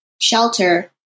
shelter